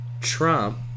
Trump